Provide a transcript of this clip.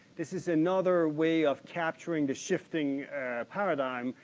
this is another way of capturing the shifting paradigm,